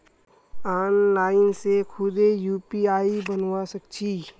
online से खुदे UPI बनवा सक छी